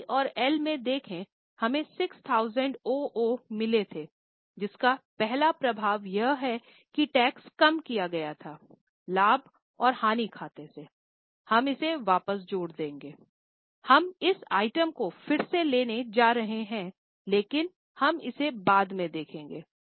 P और L में देखें हमें 6000 ओओ मिले थे जिसका पहला प्रभाव यह है कि टैक्स कम किया गया था लाभ और हानि खाते से हम इसे वापस जोड़ देंगे हम इस आइटम को फिर से लेने जा रहे हैं लेकिन हम इसे बाद में देखेंगे